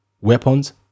weapons